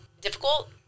difficult